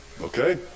Okay